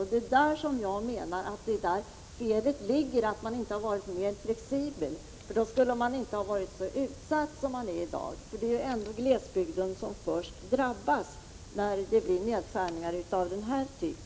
Felet är, menar jag, att man inte har varit mer flexibel — då skulle man inte ha varit så utsatt som man i dag är. Det är ändå glesbygden som först drabbas när det blir fråga om nedskärningar av den här typen.